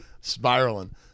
spiraling